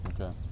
Okay